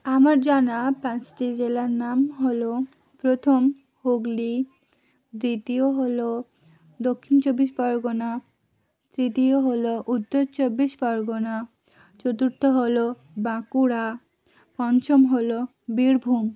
আমার জানা পাঁচটি জেলার নাম হল প্রথম হুগলি দ্বিতীয় হল দক্ষিণ চব্বিশ পরগনা তৃতীয় হল উত্তর চব্বিশ পরগনা চতুর্থ হল বাঁকুড়া পঞ্চম হল বীরভূম